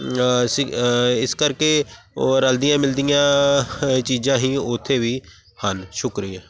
ਸੀ ਇਸ ਕਰਕੇ ਉਹ ਰਲਦੀਆਂ ਮਿਲਦੀਆਂ ਚੀਜ਼ਾਂ ਹੀ ਉੱਥੇ ਵੀ ਹਨ ਸ਼ੁਕਰੀਆ